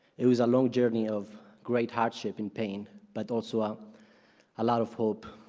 it was a long journey of great hardship and pain, but also um a lot of hope.